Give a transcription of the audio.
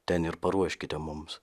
ten ir paruoškite mums